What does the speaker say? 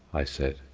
i said.